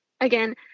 Again